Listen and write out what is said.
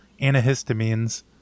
antihistamines